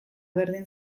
berdin